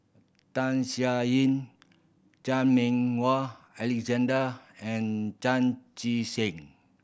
Tham Sien Yen Chan Meng Wah Alexander and Chan Chee Seng